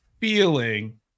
feeling